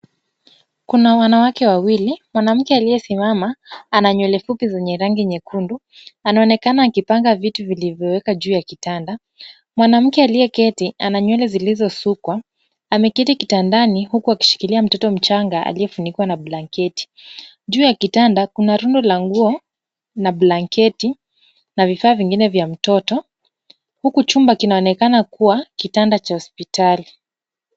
Kuna wanawake wawili, mwanamke aliyesimama ana nywele fupi zenye rangi nyekundu. Anaonekana akipanga vitu vilivyowekwa juu ya kitanda. Mwanamke aliyeketi ana nywele zilizosukwa, ameketi kitandani huku akishikilia mtoto mchanga aliyefunikwa na blanketi. Juu ya kitanda kuna rundo la nguo na blanketi na vifaa vingine vya mtoto huku chumba kinaonekana kuwa kitanda cha hospitali.